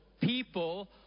people